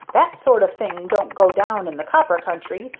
that sort of thing don't go down in the copper country,